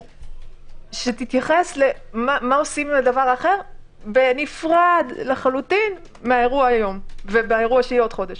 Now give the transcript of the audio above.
שתתייחס למה עושים בנפרד מהאירוע היום ובאירוע שיהיה עוד חודש.